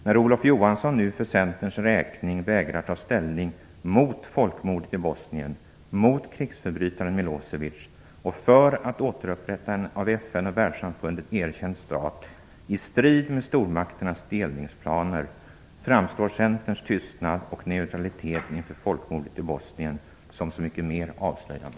När Olof Johansson nu för Centerns räkning vägrar ta ställning mot folkmordet i Bosnien, mot krigsförbrytaren Milosevic och för att man skall återupprätta en av FN och Världssamfundet erkänd stat i strid med stormakternas delningsplaner framstår Centerns tystnad och neutralitet inför folkmordet i Bosnien som så mycket mer avslöjande.